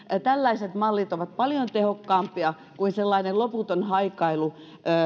tällaiset mallit ovat paljon tehokkaampia kuin sellainen loputon haikailu